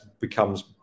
becomes